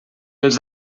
els